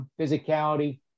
physicality